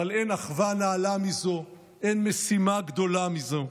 אבל אין אחווה נעלה מזו, אין משימה גדולה מזו.